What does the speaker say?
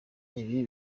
ibi